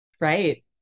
Right